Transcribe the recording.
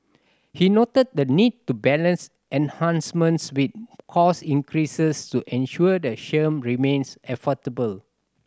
he noted the need to balance enhancements with cost increases to ensure the scheme remains affordable